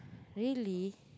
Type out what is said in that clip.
really